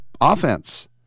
offense